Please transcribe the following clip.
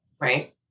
right